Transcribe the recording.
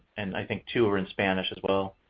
and i think two were in spanish as well.